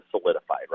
solidified